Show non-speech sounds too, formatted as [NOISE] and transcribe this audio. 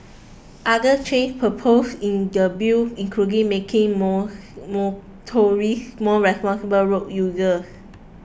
other change propose in the Bill including making [UNINTELLIGIBLE] motorists more responsible road users